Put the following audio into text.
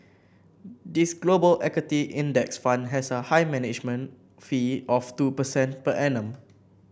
this global equity index fund has a high management fee of two percent per annum